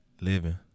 Living